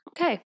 Okay